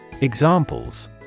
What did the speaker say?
Examples